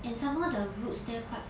and somemore the roads there quite